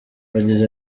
yagize